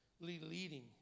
leading